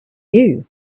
you